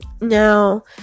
Now